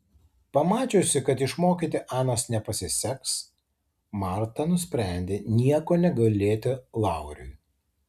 pamačiusi kad išmokyti anos nepasiseks marta nusprendė nieko negailėti lauriui